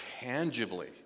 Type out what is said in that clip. tangibly